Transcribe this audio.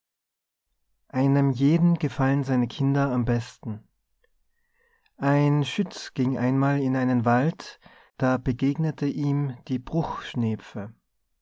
einem jeden gefallen seine kinder am besten ein schütz ging einmal in einem wald da begegnete ihm die